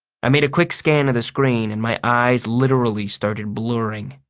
i made a quick scan of the screen and my eyes literally started blurring.